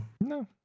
No